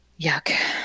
Yuck